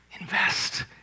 Invest